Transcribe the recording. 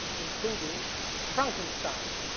including frankenstein.